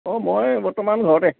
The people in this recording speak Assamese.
অঁ মই বৰ্তমান ঘৰতে